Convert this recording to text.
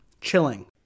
chilling